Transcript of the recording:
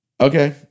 okay